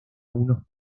unos